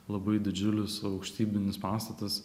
labai didžiulis aukštybinis pastatas